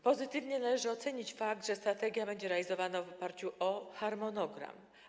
Pozytywnie należy ocenić fakt, że strategia będzie realizowana w oparciu o harmonogram.